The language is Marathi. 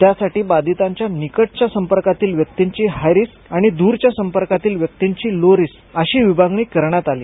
त्यासाठी बाधितांच्या निकटच्या संपर्कातील व्यक्तींची हाय रिस्क आणि द्रच्या संपर्कातील व्यक्तींची लो रिस्क अशी विभागणी करण्यात आली